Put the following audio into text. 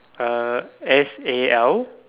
uh S A L